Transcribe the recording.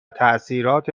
تاثیرات